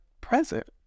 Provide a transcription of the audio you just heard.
present